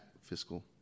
fiscal